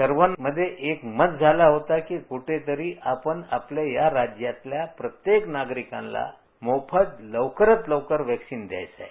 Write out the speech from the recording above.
सर्वांमध्ये एकमत झालं होतं की कुठेतरी आपण आपल्या या राज्यातल्या प्रत्येक नागरिकाला मोफत लवकरात लवकर व्हॅक्सीन द्यायचं आहे